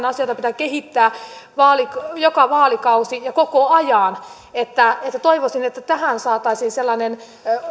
asia jota pitää kehittää joka vaalikausi ja koko ajan niin toivoisin että tähän saataisiin